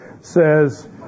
says